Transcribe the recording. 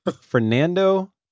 Fernando